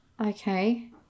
Okay